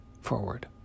forward